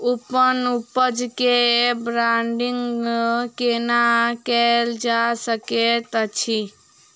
अप्पन उपज केँ ब्रांडिंग केना कैल जा सकैत अछि?